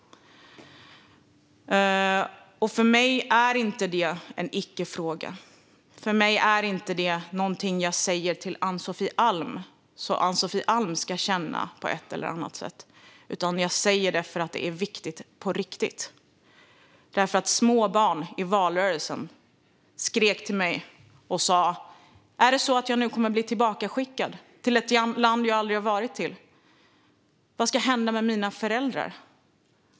För mig är inte det en icke-fråga och någonting som jag säger till Ann-Sofi Alm så att Ann-Sofie Alm ska känna på ett eller annat sätt. Jag säger det för att det är viktigt på riktigt. Små barn sa till mig i valrörelsen: Är det så att jag nu kommer att bli tillbakaskickad till ett land där jag aldrig har varit? Vad ska hända med mina föräldrar?